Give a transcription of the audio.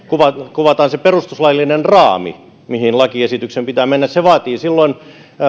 kuvataan se perustuslaillinen raami mihin lakiesityksen pitää mennä se vaatii silloin